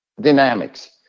dynamics